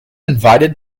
invited